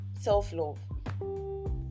Self-love